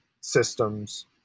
systems